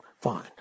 fine